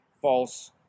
false